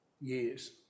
years